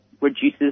reduces